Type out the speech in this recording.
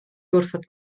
gwrthod